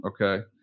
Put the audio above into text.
okay